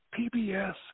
PBS